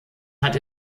hat